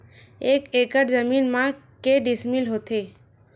एक एकड़ जमीन मा के डिसमिल होथे?